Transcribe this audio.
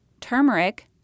turmeric